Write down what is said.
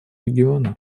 региона